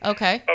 Okay